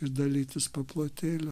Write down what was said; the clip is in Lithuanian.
ir dalytis paplotėliu